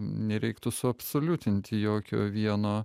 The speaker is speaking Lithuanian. nereiktų suabsoliutinti jokio vieno